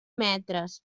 metres